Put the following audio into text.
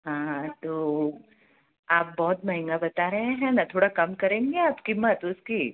हाँ तो आप बहुत महंगा बता रहे हैं ना थोड़ा कम करेंगे आप कीमत उसकी